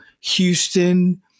Houston